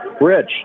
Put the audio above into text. rich